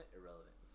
Irrelevant